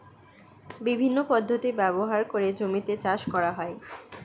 বিভিন্ন পদ্ধতি ব্যবহার করে জমিতে চাষ করা হয়